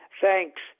Thanks